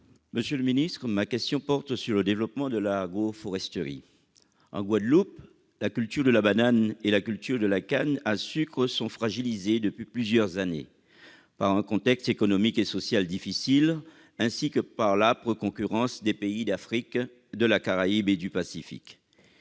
et de l'alimentation. Ma question porte sur le développement de l'agroforesterie. En Guadeloupe, la culture de la banane et celle de la canne à sucre sont fragilisées, depuis plusieurs années, par un contexte économique et social difficile, ainsi que par l'âpre concurrence des pays d'Afrique, de la Caraïbe et du Pacifique.